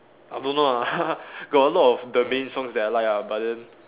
I don't know ah got a lot of the Maine song that I like ah but then